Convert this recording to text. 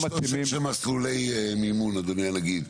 יש --- של מסלולי מימון אדוני הנגיד.